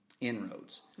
inroads